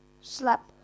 slap